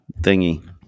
thingy